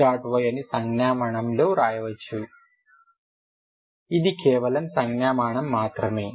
Yఅని సంజ్ఞామానం లో వ్రాయవచ్చు ఇది కేవలం సంజ్ఞామానం మాత్రమే